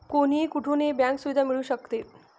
कोणीही कुठूनही बँक सुविधा मिळू शकते